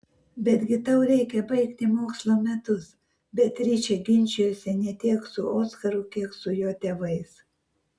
betgi tau reikia baigti mokslo metus beatričė ginčijosi ne tiek su oskaru kiek su jo tėvais